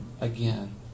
again